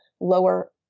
lower